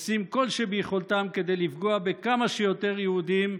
עושים כל שביכולתם כדי לפגוע בכמה שיותר יהודים,